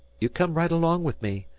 you come right along with me.